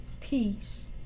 peace